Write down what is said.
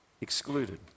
excluded